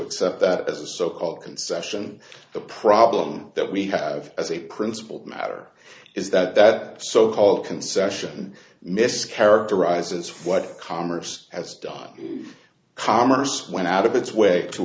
accept that as a so called concession the problem that we have as a principled matter is that that so called concession mischaracterizes what commerce has done commerce went out of its way to